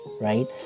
right